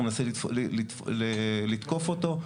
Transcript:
מנסה לתקוף אותו.